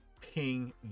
ping